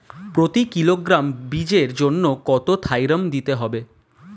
প্রতি কিলোগ্রাম বীজের জন্য কত থাইরাম দিতে হবে?